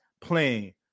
playing